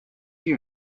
you